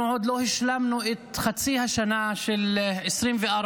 אנחנו עוד לא השלמנו את חצי השנה של 2024,